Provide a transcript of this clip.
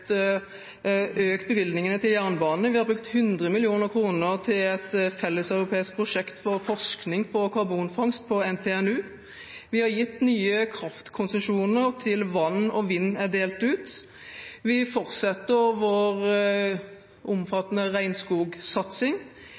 økt bevilgningene til jernbane. Vi har brukt 100 mill. kr til et felleseuropeisk prosjekt for forskning på karbonfangst på NTNU. Nye kraftkonsesjoner til vann og vind er delt ut. Vi fortsetter vår omfattende regnskogsatsing.